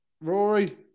Rory